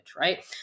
right